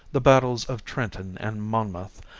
the battles of trenton and monmouth,